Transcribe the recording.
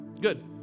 Good